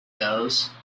those